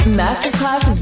masterclass